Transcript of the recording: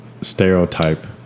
stereotype